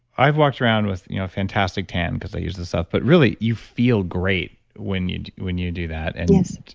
i've walked around with you know a fantastic tan because i use this stuff but really, you feel great when you when you do that, and